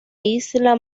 isla